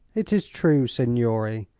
it is true, signore,